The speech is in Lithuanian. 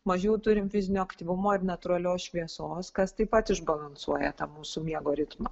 mažiau turim fizinio aktyvumo ir natūralios šviesos kas taip pat išbalansuoja tą mūsų miego ritmą